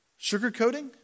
sugarcoating